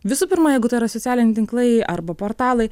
visų pirma jeigu tai yra socialiniai tinklai arba portalai